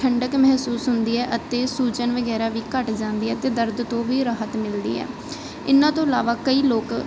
ਠੰਢਕ ਮਹਿਸੂਸ ਹੁੰਦੀ ਹੈ ਅਤੇ ਸੂਜਨ ਵਗੈਰਾ ਵੀ ਘੱਟ ਜਾਂਦੀ ਹੈ ਅਤੇ ਦਰਦ ਤੋਂ ਵੀ ਰਾਹਤ ਮਿਲਦੀ ਹੈ ਇਹਨਾਂ ਤੋਂ ਇਲਾਵਾ ਕਈ ਲੋਕ